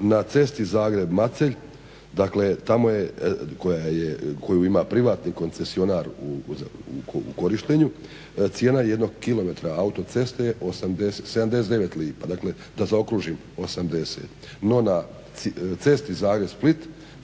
na cesti Zagreb-Macelj koju ima privatni koncesionar u korištenju, cijena jednog kilometra autoceste je 79 lipa da zaokružim 80. No na cesti Zagreb-Split